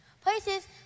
Places